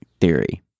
theory